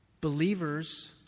Believers